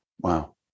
Wow